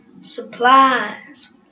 supplies